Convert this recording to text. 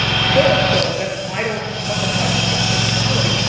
so much so that i don't monetize my personality,